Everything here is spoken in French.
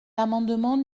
l’amendement